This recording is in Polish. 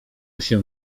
się